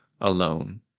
alone